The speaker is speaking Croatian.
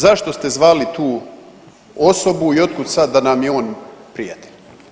Zašto ste zvali tu osobu i otkud sad da nam je on prijatelj?